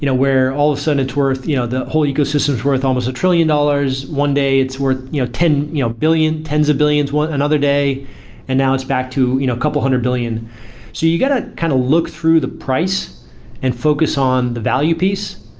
you know where all of a sudden it's worth you know the whole ecosystem is worth almost a trillion dollars, one day it's worth you know ten you know billion, tens of billions another day and now it's back to you know a couple hundred billion so you got to kind of look through the price and focus on the value piece,